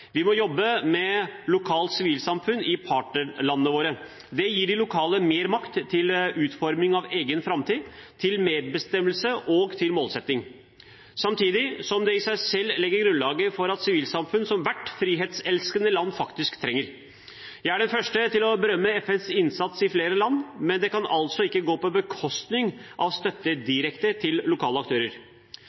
Vi må jobbe med lokalt sivilsamfunn i partnerlandene våre. Det gir de lokale mer makt til utforming av egen framtid, til medbestemmelse og til målsetting, samtidig som det i seg selv legger grunnlaget for et sivilsamfunn som hvert frihetselskende land faktisk trenger. Jeg er den første til å berømme FNs innsats i flere land, men det kan altså ikke gå på bekostning av støtte direkte til lokale aktører.